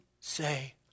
say